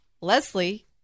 Leslie